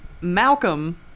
Malcolm